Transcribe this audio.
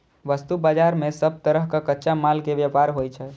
वस्तु बाजार मे सब तरहक कच्चा माल के व्यापार होइ छै